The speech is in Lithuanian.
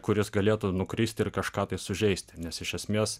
kuris galėtų nukristi ir kažką tai sužeisti nes iš esmės